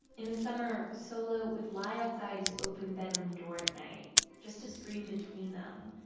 in the summer, solo would lie outside his open bedroom door at night just to scream between them.